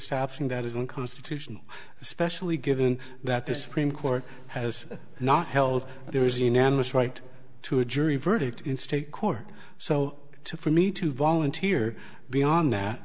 happening that is unconstitutional especially given that the supreme court has not held there's enormous right to a jury verdict in state court so to for me to volunteer beyond that